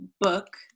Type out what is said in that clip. book